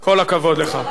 כל הכבוד לך.